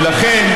ולכן,